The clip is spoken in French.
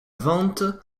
vente